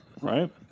right